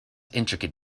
intricate